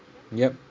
yup